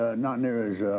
ah not nearly as